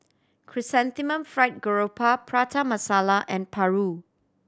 Chrysanthemum Fried Garoupa Prata Masala and Paru